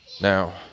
Now